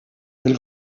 elle